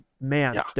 man